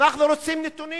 אנחנו רוצים נתונים.